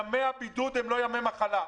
ימי הבידוד הם לא ימי מחלה.